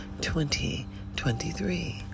2023